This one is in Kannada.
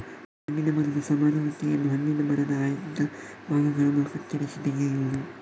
ಹಣ್ಣಿನ ಮರದ ಸಮರುವಿಕೆಯನ್ನು ಹಣ್ಣಿನ ಮರದ ಆಯ್ದ ಭಾಗಗಳನ್ನು ಕತ್ತರಿಸಿ ತೆಗೆಯುವುದು